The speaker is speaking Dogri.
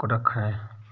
कुक्कड़ रक्खे